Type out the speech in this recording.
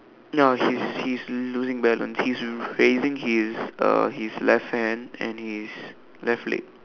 now he's he's losing balance he's raising his uh his left hand and his left leg